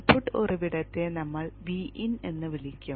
input ഉറവിടത്തെ നമ്മൾ Vin എന്ന് വിളിക്കും